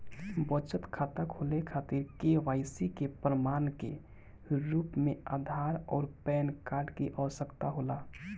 बचत खाता खोले खातिर के.वाइ.सी के प्रमाण के रूप में आधार आउर पैन कार्ड की आवश्यकता होला